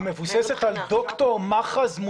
היא מבוססת על דוקטור מאחז,